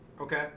Okay